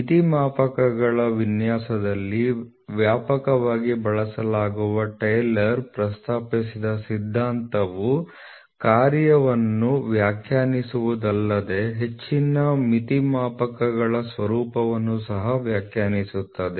ಮಿತಿ ಮಾಪಕಗಳ ವಿನ್ಯಾಸದಲ್ಲಿ ವ್ಯಾಪಕವಾಗಿ ಬಳಸಲಾಗುವ ಟೇಲರ್ ಪ್ರಸ್ತಾಪಿಸಿದ ಸಿದ್ಧಾಂತವು ಕಾರ್ಯವನ್ನು ವ್ಯಾಖ್ಯಾನಿಸುವುದಲ್ಲದೆ ಹೆಚ್ಚಿನ ಮಿತಿ ಮಾಪಕಗಳ ಸ್ವರೂಪವನ್ನು ಸಹ ವ್ಯಾಖ್ಯಾನಿಸುತ್ತದೆ